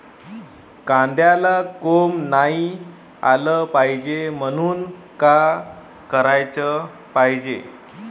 कांद्याला कोंब नाई आलं पायजे म्हनून का कराच पायजे?